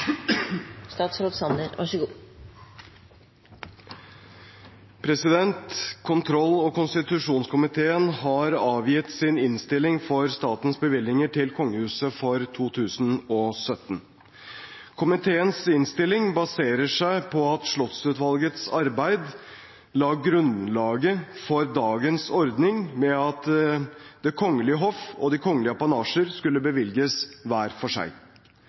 Kontroll- og konstitusjonskomiteen har avgitt sin innstilling for statens bevilgninger til kongehuset for 2017. Komiteens innstilling baserer seg på at Slottsutvalgets arbeid la grunnlaget for dagens ordning med at Det kongelige hoff og de kongeliges apanasjer skulle bevilges hver for seg.